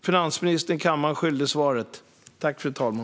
Finansministern är skyldig kammaren ett svar.